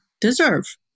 deserve